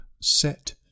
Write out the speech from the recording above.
set